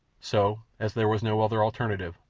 so, as there was no other alternative,